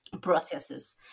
processes